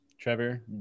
Trevor